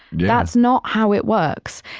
yeah that's not how it works.